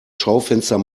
schaufenster